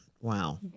wow